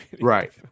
Right